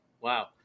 Wow